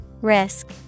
Risk